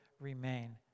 remain